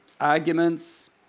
arguments